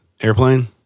Airplane